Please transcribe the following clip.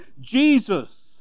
Jesus